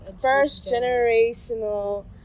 First-generational